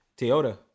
Toyota